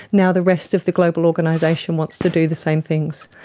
now the rest of the global organisation wants to do the same things.